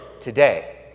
today